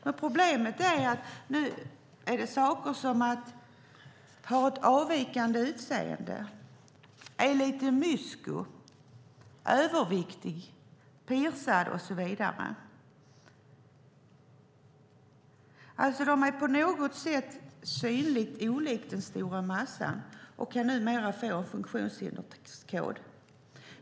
Men problemet är att det nu är saker som att ha ett avvikande utseende, att man är lite mysko, överviktig, piercad och så vidare. Är man på något sätt synligt olik den stora massan kan man numera få funktionshinderskod.